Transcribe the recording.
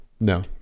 No